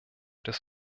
des